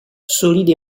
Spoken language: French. solide